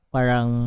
Parang